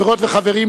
חברות וחברים,